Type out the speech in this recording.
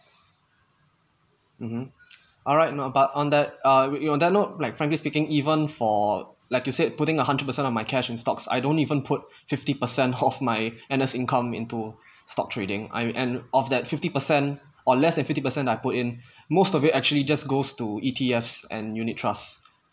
mmhmm alright no about on that uh on that note like frankly speaking even for like you said putting a hundred percent of my cash in stocks I don't even put fifty percent of my N_S income into stock trading I and of that fifty percent or less than fifty percent I put in most of it actually just goes to E_T_Fs and unit trusts